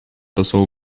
посол